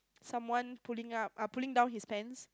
someone pulling up uh pulling down his pants